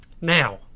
Now